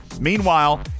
Meanwhile